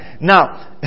Now